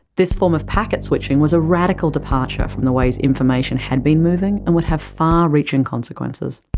this form of packet switching was a radical departure from the way information had been moving, and would have far-reaching consequences.